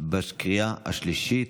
בקריאה השלישית.